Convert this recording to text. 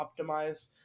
optimize